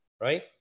Right